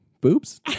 boobs